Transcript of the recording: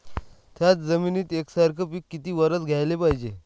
थ्याच जमिनीत यकसारखे पिकं किती वरसं घ्याले पायजे?